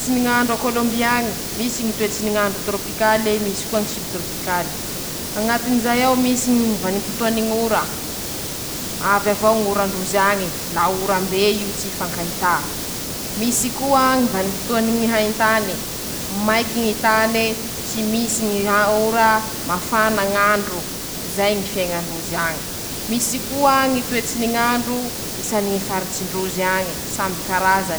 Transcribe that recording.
Tsy ny ñ'andro a Kôlômby añy: Misy Ñy toetsy ny ñ'andro torôpikale, misy koa ñy sibitorôpikale, añatin'izay ao misy mm vanimpotoany ñ'ora, avy avao ñ'ora ndrozy añy, la orambe io tsy hifankahità, misy koa ñy vanimpotoany ñy haintane, maiky ñy tane, tsy misy ñy ha ora, mafana ñ'andro, zay ñy fiaiña ndrozy añy, misy koa Ñy toetsy ny ñ'andro isany ñy faritsy ndrozy añy, samby karazan.